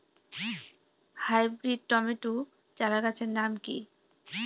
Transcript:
Hybrid tomato চারাগাছের নাম কি?